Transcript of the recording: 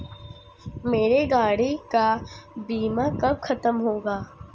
मेरे गाड़ी का बीमा कब खत्म होगा?